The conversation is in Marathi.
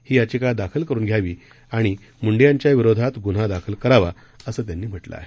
हीयाचिकादाखलकरुनघ्यावी आणिमुंडेयांच्याविरोधातगुन्हादाखलकरावा असंत्यांनीम्हटलंआहे